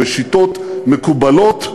בשיטות מקובלות,